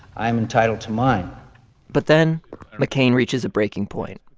i'm entitled to mine but then mccain reaches a breaking point,